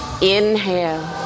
Inhale